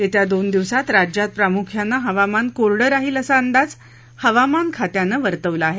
येत्या दोन दिवसांत राज्यात प्रामुख्यानं हवामान कोरडं राहील असा अंदाज हवामान खात्यानं वर्तवला आहे